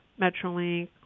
Metrolink